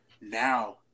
now